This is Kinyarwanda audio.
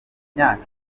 myaka